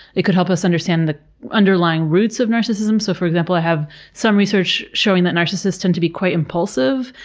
it could help us understand the underlying roots of narcissism. so for example, i have some research showing that narcissists tend to be quite impulsive,